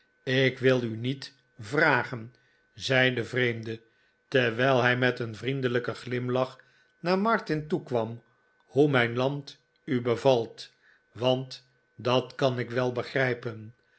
ik wil u niet vragen zei de vreemde terwijl hij met een vriendelijken glimlach naar martin toe kwani hoe mijn land u bevalt want dat kan ik wel begrijpen